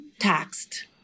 taxed